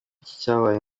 cyabaye